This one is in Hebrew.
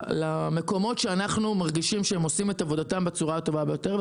למקומות שאנחנו מרגישים שהם עושים את עבודתם בצורה הטובה ביותר.